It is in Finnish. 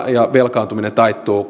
ja velkaantuminen taittuu